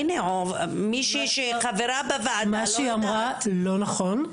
מה שהיא אמרה לא נכון.